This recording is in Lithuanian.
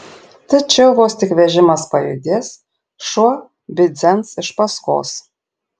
tačiau vos tik vežimas pajudės šuo bidzens iš paskos